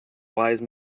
wise